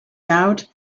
out